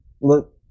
Look